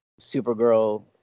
Supergirl